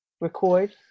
record